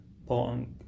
important